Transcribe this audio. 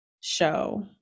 show